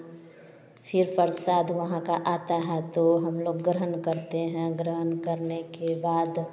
फिर प्रसाद वहाँ का आता है तो हम लोग ग्रहण करते हैं ग्रहण करने के बाद